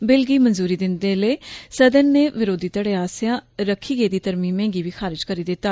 bill गी मंजूरी दिंदे लै सदन नै विरोधी धड़ें आस्सेआ रखी गेदिएं तरमीमें गी बी खारज करी दित्ता